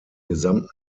gesamten